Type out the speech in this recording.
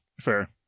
Fair